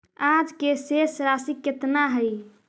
आज के शेष राशि केतना हई?